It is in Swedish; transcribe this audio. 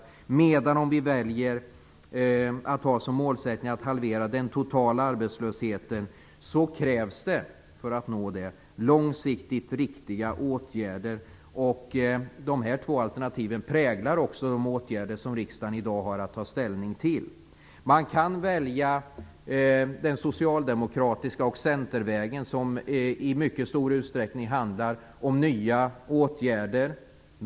Om vi däremot väljer att ha som målsättning att halvera den totala arbetslösheten, krävs det för att nå målet långsiktigt riktiga åtgärder. De här två alternativen präglar också de åtgärder som riksdagen i dag har att ta ställning till. Man kan välja Socialdemokraternas och Centerns väg, som i mycket stor utsträckning handlar om nya åtgärder.